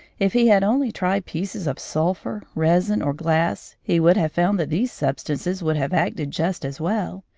if he had only tried pieces of sulphur, resin, or glass, he would have found that these substances would have acted just as well.